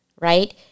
Right